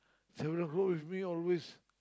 with me always